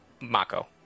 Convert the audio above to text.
Mako